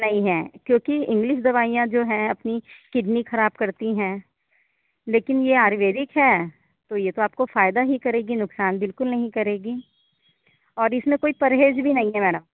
नहीं हैं क्योंकि इंग्लिस दवाइयाँ जो हैं अपनी किडनी खराब करती हैं लेकिन ये आयुर्वेदिक है तो ये तो आपको फ़ायदा ही करेगी नुकसान बिल्कुल नहीं करेगी और इसमें कोई परहेज़ भी नहीं है मैडम